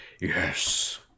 Yes